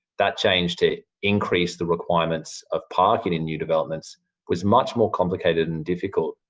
that change to increase the requirements of parking in new developments was much more complicated and difficult,